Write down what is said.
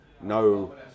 no